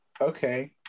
okay